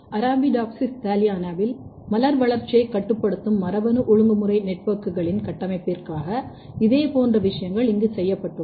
Arabidopsis தலியானாவில் மலர் வளர்ச்சியைக் கட்டுப்படுத்தும் மரபணு ஒழுங்குமுறை நெட்வொர்க்குகளின் கட்டமைப்பிற்காக இதேபோன்ற விஷயங்கள் இங்கு செய்யப்பட்டுள்ளன